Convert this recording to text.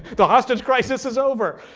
the hostage crisis is over.